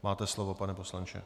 Máte slovo, pane poslanče.